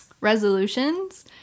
resolutions